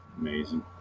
Amazing